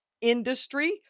industry